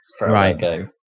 right